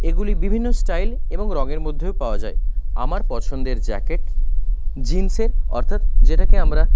এগুলি বিভিন্ন স্টাইল এবং রঙের মধ্যেও পাওয়া যায় আমার পছন্দের জ্যাকেট জিন্সের অর্থাৎ যেটাকে আমরা